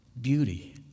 beauty